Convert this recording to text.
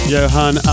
Johan